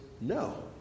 no